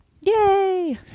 yay